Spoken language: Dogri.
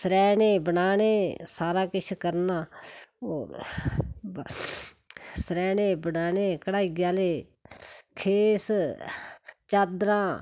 सरैह्ने बनाने सारा किश करना होर सरैह्ने बनाने घड़ाई आह्ले खेस चादरां